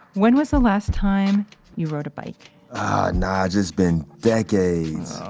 when was the last time you rode a bike? ah nige, it's been decades.